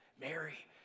Mary